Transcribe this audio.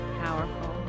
Powerful